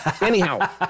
Anyhow